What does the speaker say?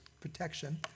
protection